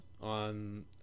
on